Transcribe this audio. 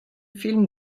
film